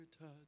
touch